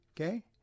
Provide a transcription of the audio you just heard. okay